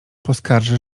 poskarży